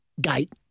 gate